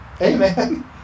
Amen